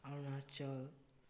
Arunachal